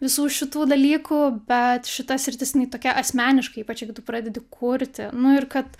visų šitų dalykų bet šita sritis jinai tokia asmeniška ypač jeigu tu pradedi kurti nu ir kad